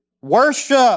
Worship